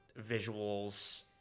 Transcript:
visuals